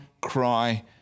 cry